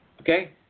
Okay